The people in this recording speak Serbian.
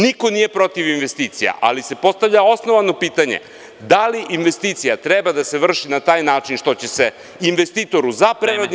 Niko nije protiv investicija, ali se postavlja osnovno pitanje – da li investicija treba da se vrši na taj način što će se investitoru za preradni kapacitet.